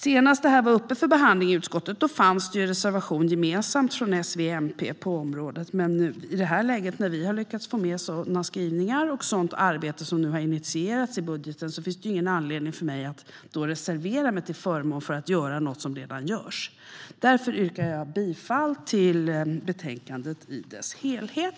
Senast frågan var uppe för behandling i utskottet fanns det en gemensam reservation från S, V och MP på området. Men när vi nu har lyckats få med våra skrivningar och med det arbete som nu har initierats i budgeten finns det ingen anledning för mig att reservera mig till förmån för att göra något som redan görs. Därför yrkar jag bifall till utskottets förslag till beslut i dess helhet.